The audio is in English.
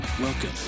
Welcome